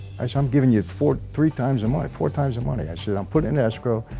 i some given you four three times in my four times of money i said i'm put in escrow.